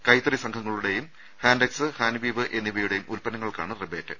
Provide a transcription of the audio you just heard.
കൈത്തറി സംഘങ്ങളുടെയും ഹാൻടെക്സ് ഹാൻവീവ് എന്നിവയുടെയും ഉല്പന്നങ്ങൾക്കാണ് റിബേറ്റ്